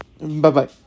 Bye-bye